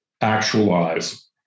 actualize